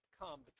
come